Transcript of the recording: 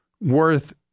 worth